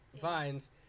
vines